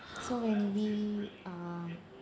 so when we um